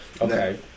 Okay